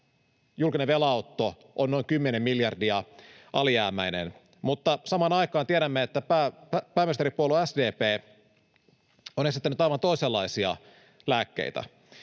julkinen velanotto, ovat noin 10 miljardia alijäämäisiä. Samaan aikaan tiedämme, että pääministeripuolue SDP on esittänyt aivan toisenlaisia lääkkeitä.